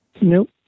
Nope